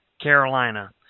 Carolina